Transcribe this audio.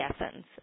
essence